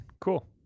Cool